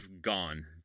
gone